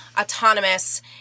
autonomous